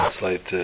slight